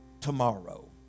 tomorrow